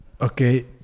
okay